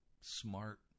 smart